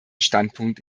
standpunkt